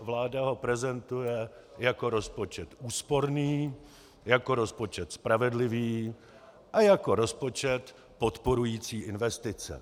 Vláda ho prezentuje jako rozpočet úsporný, jako rozpočet spravedlivý a jako rozpočet podporující investice.